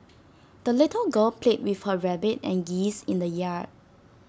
the little girl played with her rabbit and geese in the yard